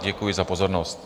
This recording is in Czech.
Děkuji za pozornost.